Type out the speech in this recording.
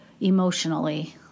emotionally